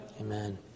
Amen